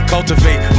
Cultivate